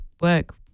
work